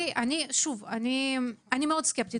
אני מאוד סקפטית